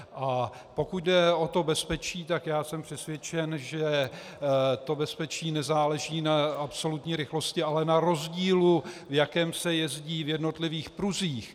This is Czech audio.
A pokud jde o bezpečí, jsem přesvědčen, že bezpečí nezáleží na absolutní rychlosti, ale na rozdílu, v jakém se jezdí v jednotlivých pruzích.